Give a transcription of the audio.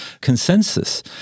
consensus